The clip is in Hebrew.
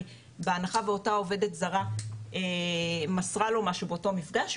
בהנחה ואותה עובדת זרה מסרה לו משהו באותו מפגש,